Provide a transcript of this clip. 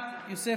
הארכת